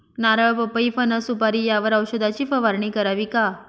नारळ, पपई, फणस, सुपारी यावर औषधाची फवारणी करावी का?